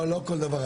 לא, לא כל דבר.